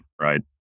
right